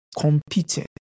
competing